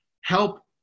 help